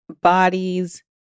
bodies